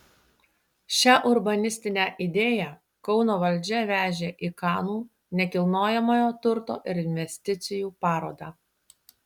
šią urbanistinę idėją kauno valdžia vežė į kanų nekilnojamojo turto ir investicijų parodą